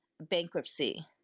bankruptcy